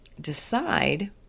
decide